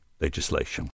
legislation